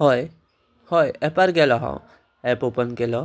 हय हय एपार गेलो हां एप ऑपन केलो